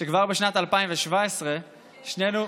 שכבר בשנת 2017 שנינו,